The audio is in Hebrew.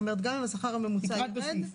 זאת אומרת: גם אם השכר הממוצע ירד,